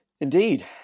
indeed